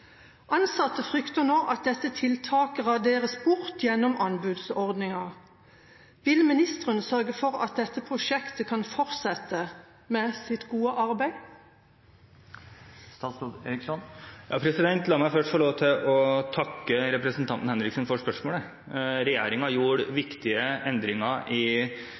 Ansatte frykter nå at tiltaket raderes bort gjennom anbudsordningen dersom det ikke unntas fra dette. Vil statsråden vise handlekraft og sørge for at dette tiltaket kan fortsette, og at det ikke raderes bort i en anbudsrunde, slik at flere kommer i jobb?» La meg først få lov til å takke representanten Henriksen for spørsmålet.